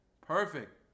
Perfect